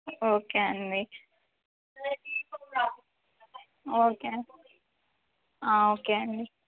okay అండి okay అ okay అండి